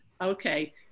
Okay